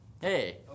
Hey